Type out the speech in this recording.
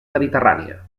mediterrània